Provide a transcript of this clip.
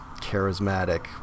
charismatic